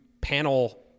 panel